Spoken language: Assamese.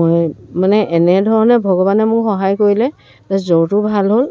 মই মানে এনেধৰণে ভগৱানে মোৰ সহায় কৰিলে যে জ্বৰটো ভাল হ'ল